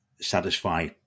satisfy